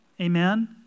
Amen